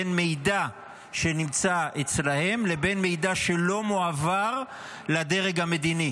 בין מידע שנמצא אצלם לבין מידע שלא מועבר לדרג המדיני.